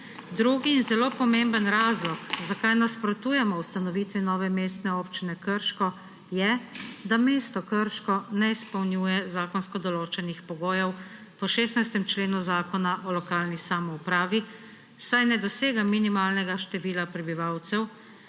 Drugi in zelo pomemben razlog, zakaj nasprotujemo ustanovitvi nove mestne občine Krško, je, da mesto Krško ne izpolnjuje zakonsko določenih pogojev v 16. členu Zakona o lokalni samoupravi, saj ne dosega minimalnega števila prebivalcev,